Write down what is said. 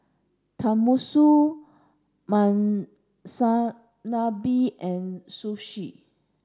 Tenmusu Monsunabe and Sushi